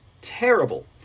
terrible